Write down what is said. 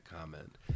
comment